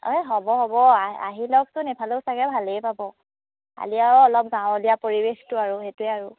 এই হ'ব হ'ব আ আহি লওকছোন এইফালেও চাগে ভালেই পাব খালি আৰু অলপ গাঁৱলীয়া পৰিৱেশটো আৰু সেইটোৱে আৰু